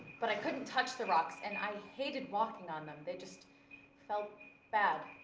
but i couldn't touch the rocks, and i hated walking on them, they just felt bad.